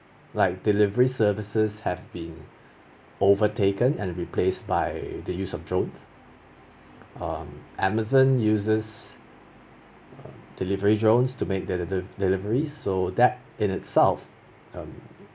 like delivery services have been overtaken and replace by the use of drone um amazon uses um delivery drones to make their deli~ delivery so that in itself um